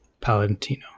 Palantino